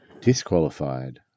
Disqualified